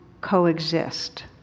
coexist